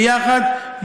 ביחד,